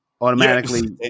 automatically